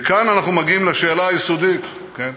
וכאן אנחנו מגיעים לשאלה היסודית, כן?